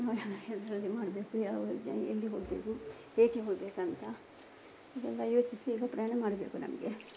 ಪ್ರಯಾಣ ಯಾವುದ್ರಲ್ಲಿ ಮಾಡಬೇಕು ಯಾವಾಗ ಎಲ್ಲಿ ಹೋಗೋದು ಏಕೆ ಹೋಗಬೇಕಂತ ಇದೆಲ್ಲ ಯೋಚಿಸಿ ಇನ್ನೂ ಪ್ರಯಾಣ ಮಾಡಬೇಕು ನಮಗೆ